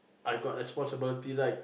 I got responsibility right